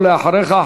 ואחריך,